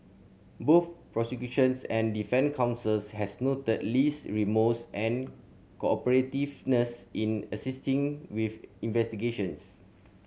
both prosecutions and defence counsels had noted Lee's remorse and cooperativeness in assisting with investigations